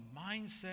mindset